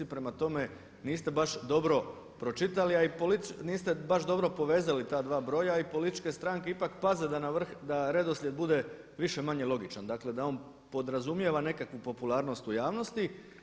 Prema tome, niste baš dobro pročitali a niste baš dobro povezali ta dva broja i političke stranke ipak paze da na vrh, da redoslijed bude više-manje logičan, dakle da on podrazumijeva nekakvu popularnost u javnosti.